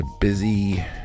busy